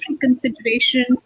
considerations